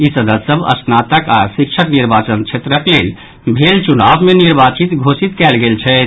इ सदस्य सभ स्नातक आओर शिक्षक निर्वाचन क्षेत्रक लेल भेल चुनाव मे निर्वाचित घोषित कयल गेल छथि